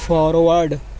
forward